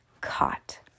Caught